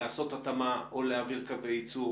לעשות התאמה או להעביר קווי ייצור